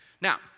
Now